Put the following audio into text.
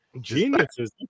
geniuses